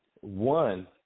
one